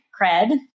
cred